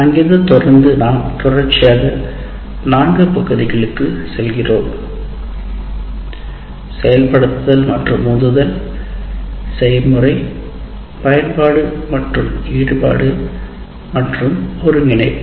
அங்கிருந்து தொடர்ந்து நாம் தொடர்ச்சியாக நான்கு பகுதிகளுக்கு செல்கிறோம் செயல்படுத்தல் மற்றும் உந்துதல் செய்முறை பயன்பாடு ஈடுபாடு மற்றும் ஒருங்கிணைப்பு